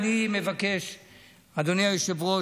אדוני היושב-ראש,